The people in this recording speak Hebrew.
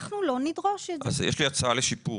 אנחנו לא נדרוש את זה יש לי הצעה לשיפור.